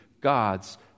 God's